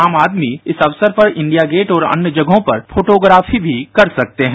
आम आदमी इस अवसर पर इंडिया गेट और अन्य जगहों पर फोटोग्राफी भी कर सकते हैं